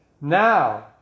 Now